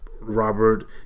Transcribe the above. Robert